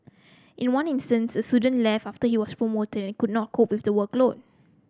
in one instance a student left after he was promoted could not cope with the workload